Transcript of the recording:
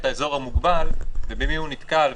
את האזור המוגבל ובמי הוא נתקל,